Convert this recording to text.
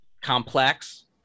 complex